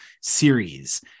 Series